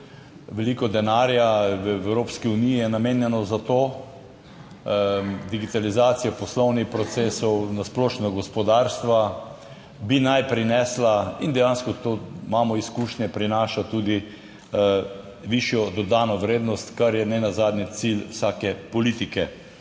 veliko denarja v Evropski uniji je namenjeno za to. Digitalizacijo poslovnih procesov na splošno gospodarstva, bi naj prinesla in dejansko to imamo izkušnje prinaša tudi višjo dodano vrednost, kar je nenazadnje cilj vsake politike.